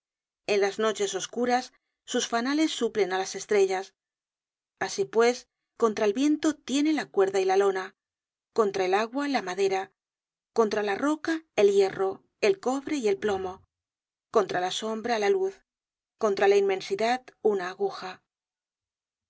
en las noches oscuras sus fanales suplen á las estrellas asi pues contra el viento tiene la cuerda y la lona contra el agua la madera contra la roca el hierro el cobre y el plomo contra la sombra la luz contra la inmensidad una aguja si